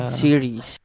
series